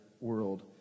world